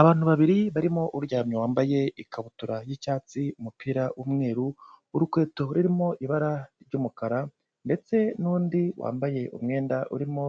Abantu babiri barimo uryamye wambaye ikabutura y'icyatsi, umupira w'umweru, urukweto rurimo ibara ry'umukara, ndetse n'undi wambaye umwenda urimo